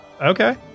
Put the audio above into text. okay